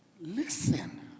Listen